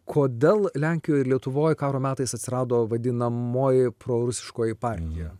kodėl lenkijoj ir lietuvoj karo metais atsirado vadinamoji prorusiškoji partija